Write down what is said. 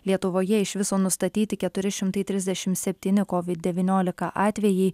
lietuvoje iš viso nustatyti keturi šimtai trisdešimt septyni kovid devyniolika atvejai